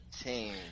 team